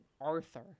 Arthur